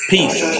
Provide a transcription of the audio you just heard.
Peace